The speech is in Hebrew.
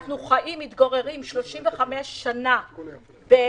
אנחנו מתגוררים במשך 35 שנים בשכירות.